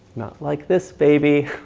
not like this baby.